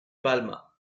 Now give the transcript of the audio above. palma